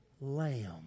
lamb